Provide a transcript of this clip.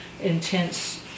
intense